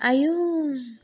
आयौ